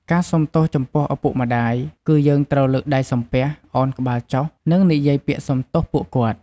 ការសូមទោសចំពោះឪពុកម្ដាយ គឺយើងត្រូវលើកដៃសំពះ ឱនក្បាលចុះ និងនិយាយពាក្យសុំទោសពួកគាត់។